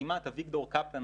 בחתימת אביגדור קפלן,